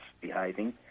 behaving